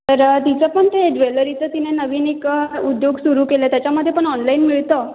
तर तिचं पण ते ज्वेलरीचं तिनं नवीन एक उद्योग सुरू केला आहे त्याच्यामध्ये पण ऑनलाईन मिळतं